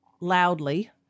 loudly